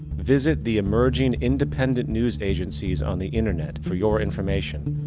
visit the emerging independent news agencies on the internet for your information.